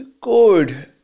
good